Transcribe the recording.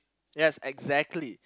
yes exactly